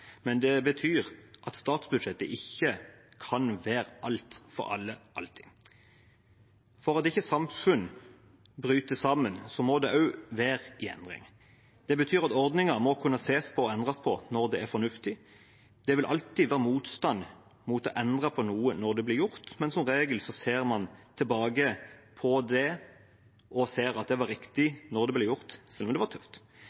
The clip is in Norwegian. men det betyr at statsbudsjettet ikke kan være alt for alle alltid. For at ikke samfunn skal bryte sammen, må det også være i endring. Det betyr at ordninger må kunne ses på og endres på når det er fornuftig. Det vil alltid være motstand mot å endre på noe når det blir gjort, men som regel når man ser tilbake på det, ser man at det var riktig da det ble gjort, selv om det var tøft.